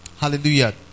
Hallelujah